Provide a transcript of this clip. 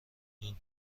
این